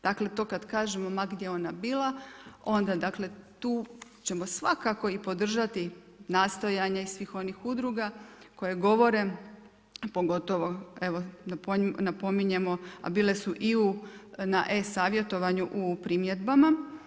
Dakle to kada kažemo ma gdje ona bila onda dakle tu ćemo svakako i podržati nastojanje svih onih udruga koje govore, pogotovo evo napominjemo, a bile su i u, na e-savjetovanju u primjedbama.